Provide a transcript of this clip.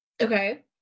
Okay